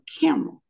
camera